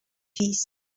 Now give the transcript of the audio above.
peace